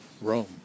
Rome